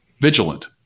vigilant